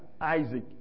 Isaac